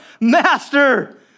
master